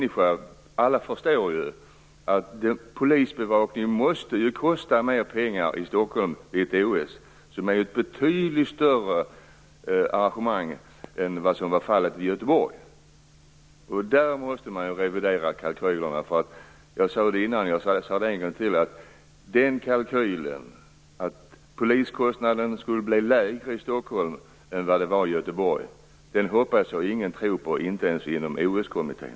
Alla förstår ju att polisbevakningen måste kosta mer pengar i Stockholm vid ett OS - som är ett betydligt större arrangemang - än vad som var fallet i Göteborg. Där måste man revidera kalkylerna. Jag sade det innan och säger det igen: Kalkylen att poliskostnaden skulle bli lägre i Stockholm än vad den var i Göteborg hoppas jag att ingen tror på, inte ens inom OS-kommittén.